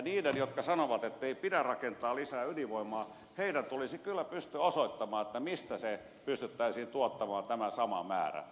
niiden jotka sanovat ettei pidä rakentaa lisää ydinvoimaa tulisi kyllä pystyä osoittamaan mistä tämä sama määrä pystyttäisiin tuottamaan